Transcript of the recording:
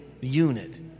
unit